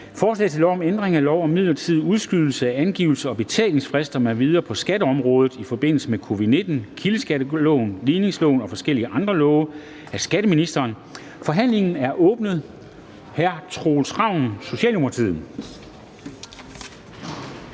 Forslag til lov om ændring af lov om midlertidig udskydelse af angivelses- og betalingsfrister m.v. på skatteområdet i forbindelse med covid-19, kildeskatteloven, ligningsloven og forskellige andre love. (Yderligere udskydelse af betalingsfrister for A-skat